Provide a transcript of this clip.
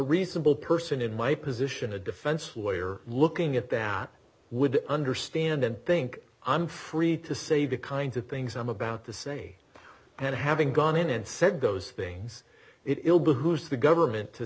reasonable person in my position a defense lawyer looking at that would understand and think i'm free to say the kinds of things i'm about to say and having gone in and said those things it ill behooves the government to